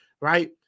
right